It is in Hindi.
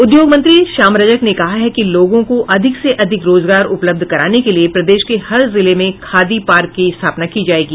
उद्योग मंत्री श्याम रजक ने कहा है कि लोगों को अधिक से अधिक रोजगार उपलब्ध कराने के लिए प्रदेश के हर जिले में खादी पार्क की स्थापना की जायेगी